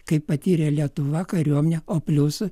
kai patyrė lietuva kariuomenė o plius